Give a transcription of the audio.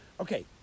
Okay